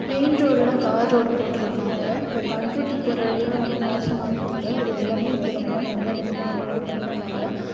main ரோடில் தார் road போட்டிருக்காங்க இப்போ பண்ருட்டி போகிற வழியில் ரொம்ப மோசமாயிருந்தது அது எல்லாமே இப்போ ரொம்ப நல்ல விதமாக ரோடு பண்ணி இருக்காங்க